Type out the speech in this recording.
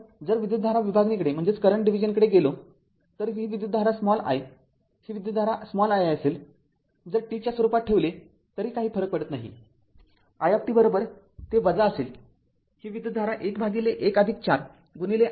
तर जर विद्युतधारा विभागणीकडे गेलो तर ही विद्युतधारा i ही विद्युतधारा i असेल जर t च्या स्वरूपात ठेवले तरी काही फरक पडत नाही i t ते असेल ही विद्युतधारा ११४ i L t आहे